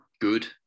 good